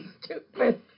stupid